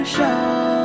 Show